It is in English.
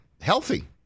healthy